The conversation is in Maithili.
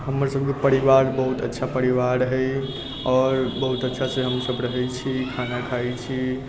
हमर सभके परिवार बहुत अच्छा परिवार हय आओर बहुत अच्छासे हमसभ रहै छी खाना खाइ छी